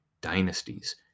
dynasties